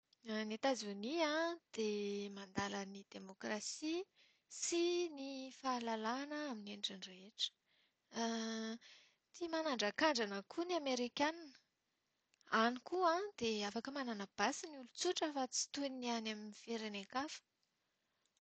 Any Etazonia dia mandala ny demokrasia sy ny fahalalahana amin'ny endriny rehetra. Tia manandran-kandrana koa ny amerikana. Any koa dia afaka manana basy ny olon-tsotra fa tsy toy ny any amin'ny firenen-kafa.